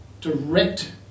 direct